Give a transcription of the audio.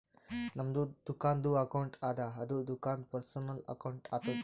ನಮ್ದು ದುಕಾನ್ದು ಅಕೌಂಟ್ ಅದ ಅದು ದುಕಾಂದು ಪರ್ಸನಲ್ ಅಕೌಂಟ್ ಆತುದ